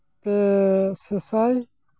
ᱯᱮ ᱥᱟᱥᱟᱭ